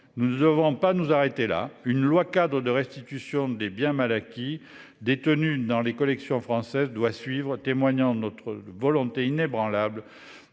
nous ne devons pas nous arrêter là. Une loi-cadre sur la restitution des biens mal acquis détenus dans les collections françaises doit suivre, témoignant de notre volonté inébranlable